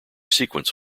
sequence